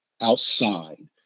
outside